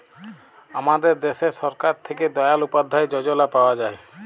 আমাদের দ্যাশে সরকার থ্যাকে দয়াল উপাদ্ধায় যজলা পাওয়া যায়